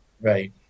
Right